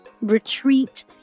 retreat